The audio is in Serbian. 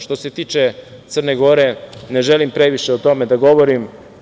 Što se tiče Crne Gore, ne želim previše o tome da govorim.